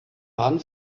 baden